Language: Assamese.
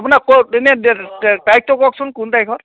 আপোনাৰ ক'ত এনেই দেট তাৰিখটো কওকচান কোন তাৰিখত